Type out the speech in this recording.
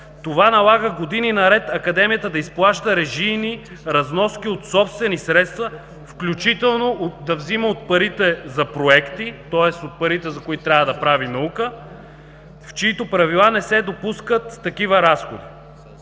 Това налага години наред Академията да изплаща режийни разноски от собствени средства, включително да взима от парите за проекти, тоест от парите, с които трябва да прави наука, в чиито правила не се допускат такива разходи.